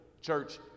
church